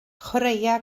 chwaraea